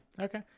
Okay